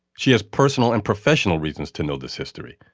she has personal and professional reasons to know this history.